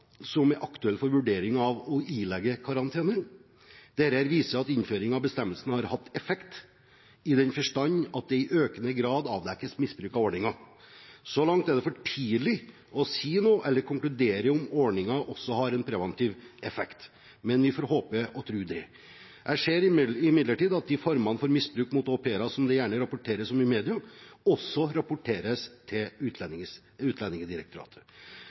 som er aktuelle for vurdering av ileggelse av karantene. Det viser at innføring av bestemmelsen har hatt effekt i den forstand at det i økende grad avdekkes misbruk av ordningen. Så langt er det for tidlig å si noe eller å konkludere i om ordningen også har en preventiv effekt. Men vi får håpe og tro det. Jeg ser imidlertid at de formene for misbruk av au pairer som det gjerne rapporteres om i media, også rapporteres til Utlendingsdirektoratet.